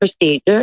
procedure